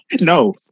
no